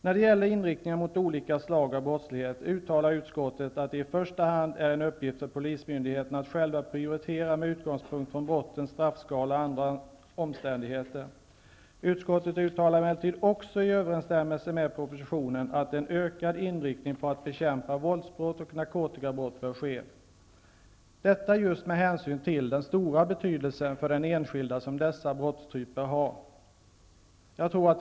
När det gäller inriktning mot olika slag av brottslighet uttalar utskottet ett det i första hand är en uppgift för polismyndigheterna själva att prioritera med utgångpunkt i brottens straffskalor och andra omständigheter. Utskottet uttalar emellertid också i överensstämmelse med propositionen att en ökad inriktning på att bekämpa vålds och narkotikabrott bör ske, just med hänsyn till den stora betydelse för den enskilde som dessa olika typer av brott har.